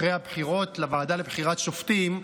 אחרי הבחירות לוועדה לבחירת שופטים,